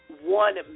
one